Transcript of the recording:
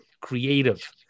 creative